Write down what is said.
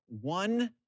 one